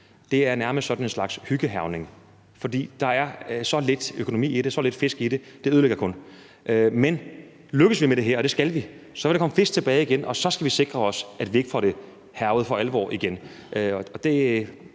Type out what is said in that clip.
dele, nærmest sådan en slags hyggehærgen. For der er så lidt økonomi i det og så lidt fisk i det, at det kun ødelægger. Men lykkes vi med det her, og det skal vi, så vil der igen komme fisk tilbage, og så skal vi sikre os, at vi ikke igen for alvor får